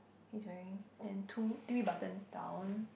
he's wearing then two three buttons down